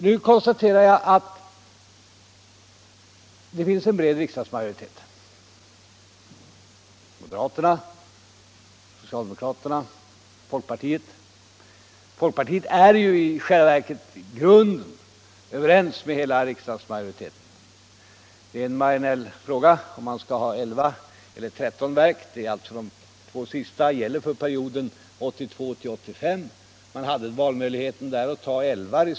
Nu konstaterar jag att det finns en bred riksdagsmajoritet av moderater, socialdemokrater och folkpartister. Folkpartiet är i själva verket i grunden överens med hela riksdagsmajoriteten. Det är en marginell fråga om man skall ha elva eller tretton verk. Den här skillnaden på två verk gäller perioden 1982-1985. Man hade valmöjlighet och kunde ta elva verk.